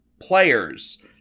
players